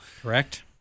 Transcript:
Correct